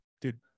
dude